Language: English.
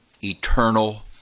eternal